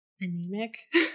anemic